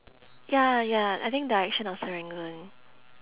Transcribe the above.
ya ya I think direction of serangoon